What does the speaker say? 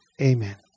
Amen